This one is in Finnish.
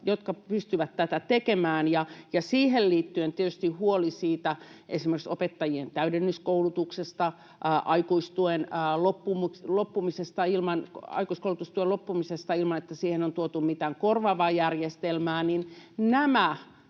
jotka pystyvät tätä tekemään. Siihen liittyy tietysti huoli esimerkiksi opettajien täydennyskoulutuksesta, aikuiskoulutustuen loppumisesta ilman, että siihen on tuotu mitään korvaavaa järjestelmää.